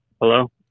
Hello